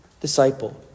disciple